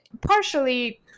partially